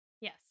Yes